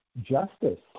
justice